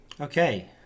Okay